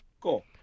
Cool